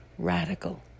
radical